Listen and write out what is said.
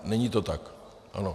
Není to tak, ano.